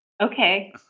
okay